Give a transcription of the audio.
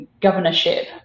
governorship